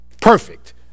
Perfect